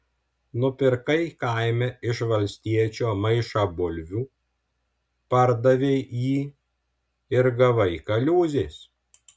nupirkai kaime iš valstiečio maišą bulvių pardavei jį ir gavai kaliūzės